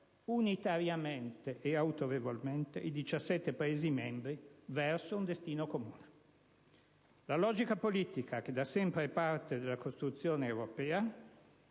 unitariamente ed autorevolmente i 17 Paesi membri verso un destino comune. La logica politica che da sempre è parte della costruzione europea,